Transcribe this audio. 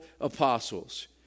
apostles